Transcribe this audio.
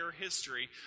history